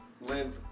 live